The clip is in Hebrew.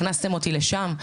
הכנסתם אותי לשם.